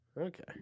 Okay